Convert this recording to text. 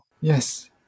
Yes